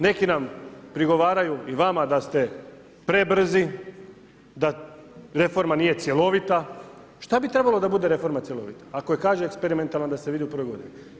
Neki nam prigovaraju i nama da ste prebrzi, da reforma nije cjelovita, šta bi trebalo da bude reforma cjelovita, ako kaže eksperimentalno da se vidi u prvoj godini.